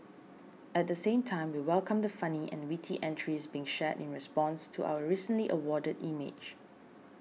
at the same time we welcome the funny and witty entries being shared in response to our recently awarded image